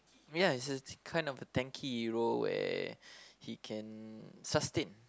ya is a kind of a tanky hero where he can sustain